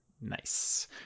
Nice